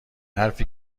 حرفی